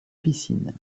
piscine